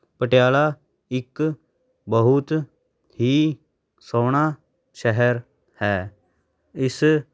ਪਟਿਆਲਾ ਇੱਕ ਬਹੁਤ ਹੀ ਸੋਹਣਾ ਸ਼ਹਿਰ ਹੈ ਇਸ